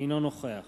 אינו נוכח